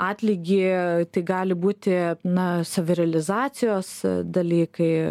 atlygį tai gali būti na savirealizacijos dalykai